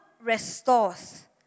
restores